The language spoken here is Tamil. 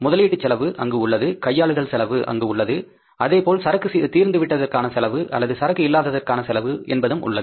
முதலீட்டுச் செலவு அங்கு உள்ளது கையாளுதல் செலவு அங்கு உள்ளது அதே போல் சரக்கு தீர்ந்து விட்டதற்கான செலவு அல்லது சரக்கு இல்லாததற்கான செலவு என்பதும் உள்ளது